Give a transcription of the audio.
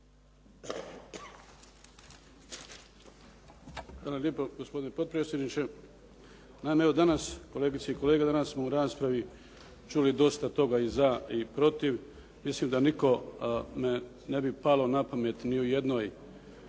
Hvala lijepo, gospodine potpredsjedniče. Naime evo danas, kolegice i kolege, danas smo u raspravi čuli dosta toga i za i protiv. Mislim da nitko …/Govornik se ne razumije